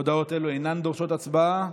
הודעות אלו אינן דורשות הצבעה.